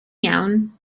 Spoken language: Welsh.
iawn